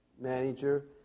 manager